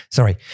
Sorry